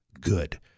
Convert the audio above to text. good